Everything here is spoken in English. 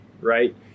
right